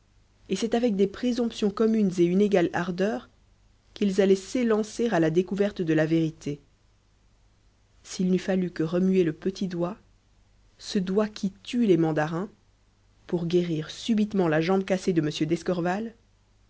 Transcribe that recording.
et c'est avec des présomptions communes et une égale ardeur qu'ils allaient s'élancer à la découverte de la vérité s'il n'eût fallu que remuer le petit doigt ce doigt qui tue les mandarins pour guérir subitement la jambe cassée de